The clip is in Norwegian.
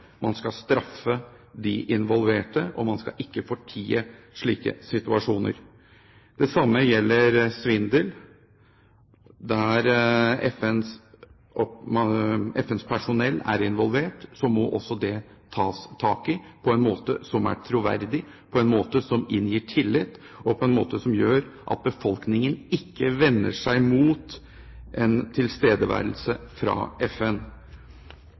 Man skal straffe de involverte, og man skal ikke fortie slike situasjoner. Det samme gjelder svindel der FNs personell er involvert. Det må også tas tak i på en måte som er troverdig, på en måte som inngir tillit, og på en måte som gjør at befolkningen ikke vender seg mot en tilstedeværelse av FN.